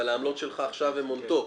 אבל עכשיו העמלות שלך הן און-טופ.